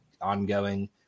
ongoing